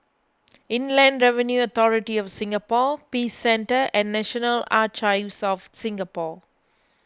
Inland Revenue Authority of Singapore Peace Centre and National Archives of Singapore